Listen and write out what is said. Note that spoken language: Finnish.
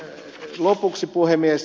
lopuksi puhemies